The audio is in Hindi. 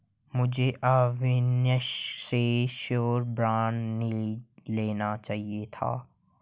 मुझे अविनाश से श्योरिटी बॉन्ड ले लेना चाहिए था